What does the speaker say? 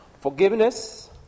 forgiveness